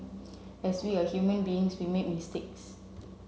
as we are human beings we make mistakes